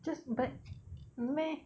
just but meh